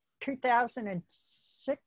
2006